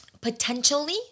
potentially